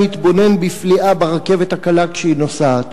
מתבונן בפליאה ברכבת הקלה כשהיא נוסעת,